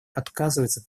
отказывается